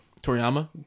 Toriyama